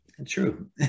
True